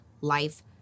life